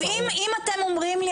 אם אתם אומרים לי,